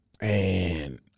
And-